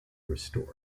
restored